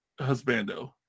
husbando